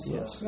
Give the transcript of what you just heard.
Yes